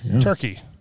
Turkey